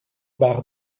bar